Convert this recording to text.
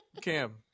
Cam